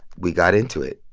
we got into it.